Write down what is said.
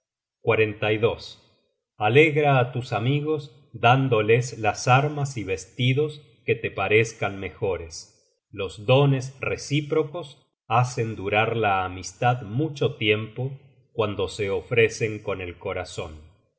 contra nuestra esperanza alegra á tus amigos dándoles las armas y vestidos que te parezcan mejores los dones recíprocos hacen durar la amistad mucho tiempo cuando se ofrecen con el corazon